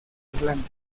irlanda